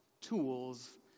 tools